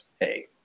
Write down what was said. Hey